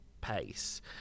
pace